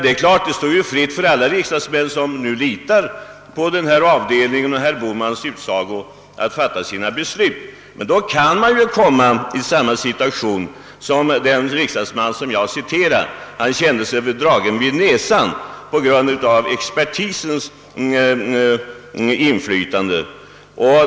Det står naturligtvis fritt för alla riksdagsmän som litar på utskottsavdelningen och på herr Bohmans utsaga att fatta sina beslut i enlighet därmed. Men då kan de hamna i samma situation som den riksdagsman som jag citerade. Han kände sig dragen vid näsan på grund av expertisens inflytande.